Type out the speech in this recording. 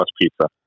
Pizza